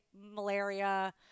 malaria